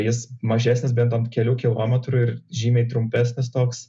jis mažesnis bent ant kelių kilometrų ir žymiai trumpesnis toks